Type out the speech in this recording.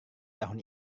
tahun